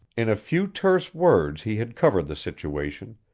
in a few terse words he had covered the situation,